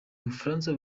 bufaransa